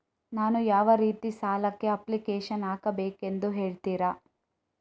ನಾನು ಯಾವ ರೀತಿ ಸಾಲಕ್ಕೆ ಅಪ್ಲಿಕೇಶನ್ ಹಾಕಬೇಕೆಂದು ಹೇಳ್ತಿರಾ?